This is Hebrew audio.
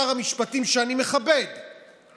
עשן נורא מכהה תכלתך / איתך בוכים כל בנייך.